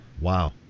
Wow